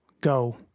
Go